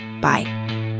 Bye